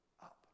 up